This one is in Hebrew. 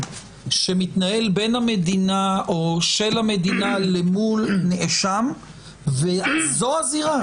שמתנהל בין המדינה או של המדינה למול נאשם וזו הזירה.